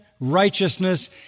righteousness